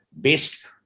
based